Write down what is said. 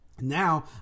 Now